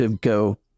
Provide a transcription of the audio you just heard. go